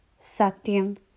satyam